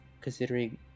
considering